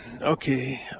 Okay